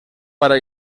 para